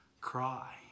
cry